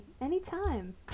anytime